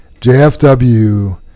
JFW